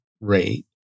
rate